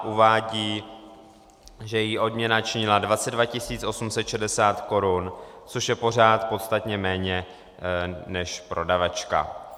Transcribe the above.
Uvádí, že její odměna činila 22 860 korun, což je pořád podstatně méně než prodavačka.